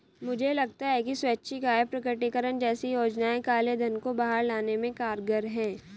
मुझे लगता है कि स्वैच्छिक आय प्रकटीकरण जैसी योजनाएं काले धन को बाहर लाने में कारगर हैं